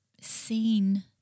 seen